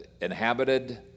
inhabited